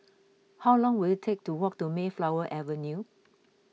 how long will it take to walk to Mayflower Avenue